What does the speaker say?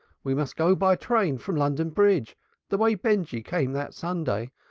we must go by train from london bridge the way benjy came that sunday.